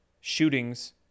shootings